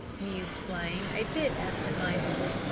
mused flame, a bit absent-mindedly.